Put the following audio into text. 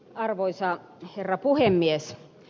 arvoisa herra puhemies